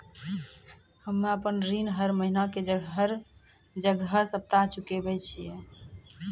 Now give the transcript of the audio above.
हम्मे आपन ऋण हर महीना के जगह हर सप्ताह चुकाबै छिये